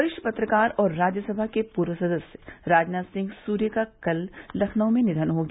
वरिष्ठ पत्रकार और राज्यसभा के पूर्व सदस्य राजनाथ सिंह सूर्य का कल लखनऊ में निधन हो गया